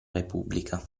repubblica